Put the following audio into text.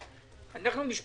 בזמן.